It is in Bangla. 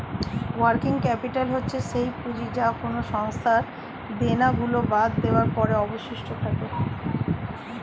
ওয়ার্কিং ক্যাপিটাল হচ্ছে সেই পুঁজি যা কোনো সংস্থার দেনা গুলো বাদ দেওয়ার পরে অবশিষ্ট থাকে